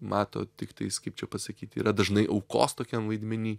mato tiktais kaip čia pasakyt yra dažnai aukos tokiam vaidmeny